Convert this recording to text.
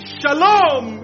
shalom